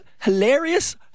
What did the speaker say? hilarious